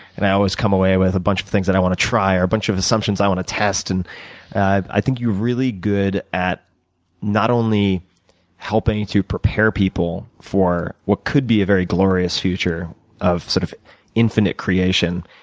and i always come away with a bunch of things that i want to try or a bunch of assumptions that i want to test. and i think you are really good at not only helping to prepare people for what could be a very glorious future of sort of infinite creation,